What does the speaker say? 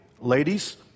Ladies